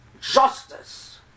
justice